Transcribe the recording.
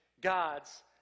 God's